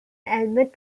albeit